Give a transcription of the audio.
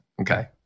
Okay